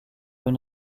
une